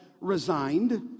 resigned